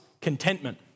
contentment